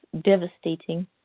devastating